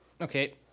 Okay